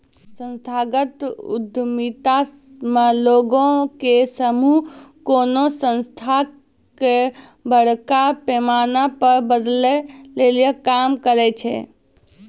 संस्थागत उद्यमिता मे लोगो के समूह कोनो संस्था के बड़का पैमाना पे बदलै लेली काम करै छै